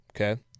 Okay